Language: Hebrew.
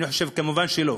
אני חושב שכמובן שלא.